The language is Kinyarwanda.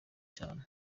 cyane